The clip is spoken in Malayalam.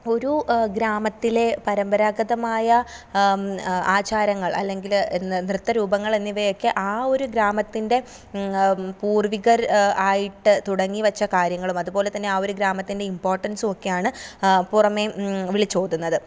ഒരു ഗ്രാമത്തിലെ പരമ്പരാഗതമായ ആചാരങ്ങൾ അല്ലെങ്കിൽ നൃത്തരൂപങ്ങൾ എന്നിവയൊക്കെ ആ ഒരു ഗ്രാമത്തിൻ്റെ പൂർവികർ ആയിട്ട് തുടങ്ങിവച്ച കാര്യങ്ങളും അതുപോലെത്തന്നെ ആ ഒരു ഗ്രാമത്തിൻ്റെ ഇംപോർട്ടൻസും ഒക്കെയാണ് പുറമേ വിളിച്ചോതുന്നത്